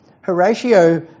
Horatio